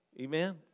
Amen